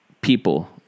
People